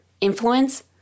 influence